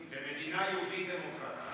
במדינה יהודית-דמוקרטית.